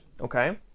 okay